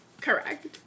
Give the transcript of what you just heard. Correct